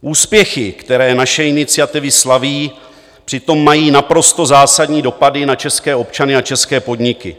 Úspěchy, které naše iniciativy slaví, přitom mají naprosto zásadní dopady na české občany a české podniky.